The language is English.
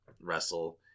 wrestle